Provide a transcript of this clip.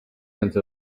sense